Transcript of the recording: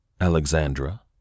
Alexandra